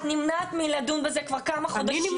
את נמנעת מלדון בזה כבר כמה חודשים.